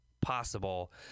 possible